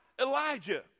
Elijah